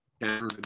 down